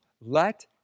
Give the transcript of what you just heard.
Let